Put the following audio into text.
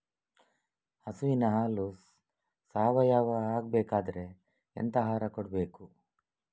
ಹಸುವಿನ ಹಾಲು ಸಾವಯಾವ ಆಗ್ಬೇಕಾದ್ರೆ ಎಂತ ಆಹಾರ ಕೊಡಬೇಕು?